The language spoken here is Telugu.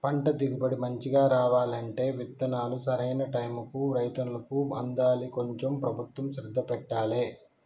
పంట దిగుబడి మంచిగా రావాలంటే విత్తనాలు సరైన టైముకు రైతులకు అందాలి కొంచెం ప్రభుత్వం శ్రద్ధ పెట్టాలె